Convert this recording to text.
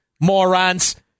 morons